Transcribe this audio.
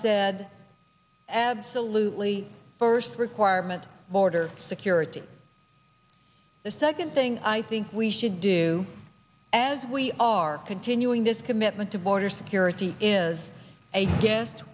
said absolutely first requirement border security the second thing i think we should do as we are continuing this commitment to border security is a g